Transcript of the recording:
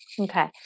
Okay